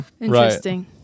interesting